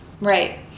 Right